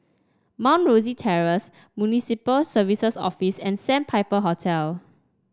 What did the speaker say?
Mount Rosie Terrace Municipal Services Office and Sandpiper Hotel